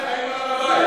בעלי-חיים על הר-הבית.